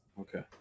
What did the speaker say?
Okay